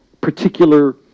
particular